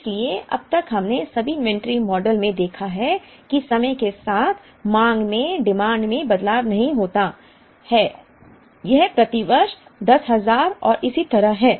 इसलिए अब तक हमने सभी इन्वेंट्री मॉडल में देखा है कि समय के साथ मांग में बदलाव नहीं होता है यह प्रति वर्ष 10000 और इसी तरह है